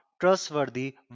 trustworthy